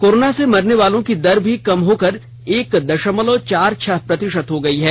corona से मरने वालों की दर भी कम होकर एक दशमलव चार छह प्रतिशत हो गई है